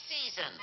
season